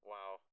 Wow